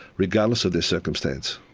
regardless of their circumstance.